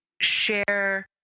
share